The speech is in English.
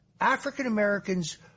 African-Americans